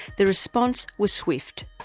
the response was swift.